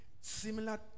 similar